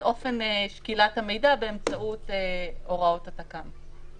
אופן שקילת המידע באמצעות הוראות התכ"ם.